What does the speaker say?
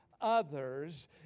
others